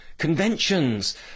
conventions